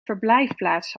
verblijfplaats